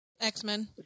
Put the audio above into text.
X-Men